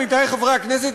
עמיתי חברי הכנסת,